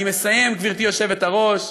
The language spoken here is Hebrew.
אני מסיים, גברתי היושבת-ראש,